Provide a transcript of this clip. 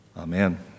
Amen